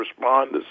responders